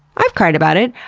i've cried about it!